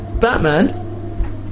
Batman